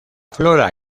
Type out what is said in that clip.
flora